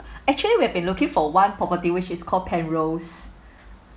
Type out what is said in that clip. actually we've been looking for one property which is called penrose